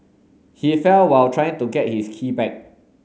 he fell while trying to get his key back